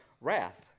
wrath